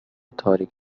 تاریک